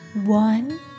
One